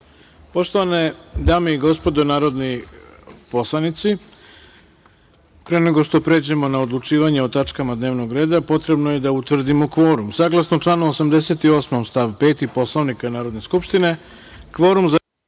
godini. Poštovane dame i gospodo narodni poslanici, pre nego što pređemo na odlučivanje o tačkama dnevnog reda, potrebno je da utvrdimo kvorum. Saglasno članu 88. stav 5. Poslovnika Narodne skupštine, kvorum za